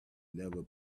never